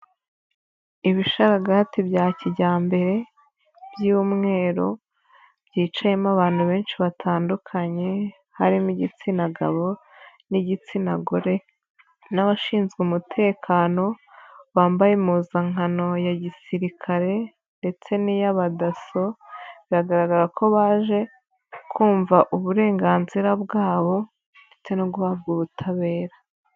Ibisharagati bya kijyambere by'umweru byicayemo abantu benshi batandukanye, harimo igitsina gabo n'igitsina gore n'abashinzwe umutekano bambaye impuzankano ya gisirikare ndetse n'iy'abadaso, biragaragara ko baje kumva uburenganzira bwabo ndetse no guhabwa ubutabera.